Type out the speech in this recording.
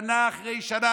שנה אחרי שנה,